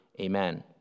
Amen